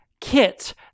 Kit